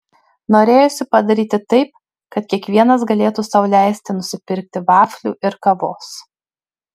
norėjosi padaryti taip kad kiekvienas galėtų sau leisti nusipirkti vaflių ir kavos